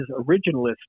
originalist